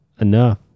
enough